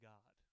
God